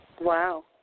Wow